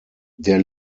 der